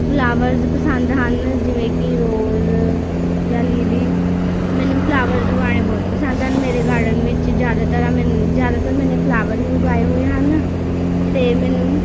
flowers ਪਸੰਦ ਹਨ ਜਿਵੇਂ ਕਿ ਰੋਜ਼ ਜਾਂ ਲੀਲੀ ਮੈਨੂੰ ਫਲਾਵਰਸ ਉਗਾਉਣੇ ਬਹੁਤ ਪਸੰਦ ਹਨ ਮੇਰੇ ਗਾਰਡਨ ਵਿੱਚ ਜ਼ਿਆਦਾਤਰ ਮੇ ਜ਼ਿਆਦਾਤਰ ਮੇਨੇ ਫਲਾਵਰਸ ਹੀ ਉਗਾਏ ਹੋਏ ਹਨ ਅਤੇ ਮੈਨੂੰ